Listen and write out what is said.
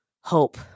hope